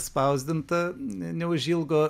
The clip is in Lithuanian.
spausdinta ne neužilgo